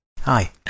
Hi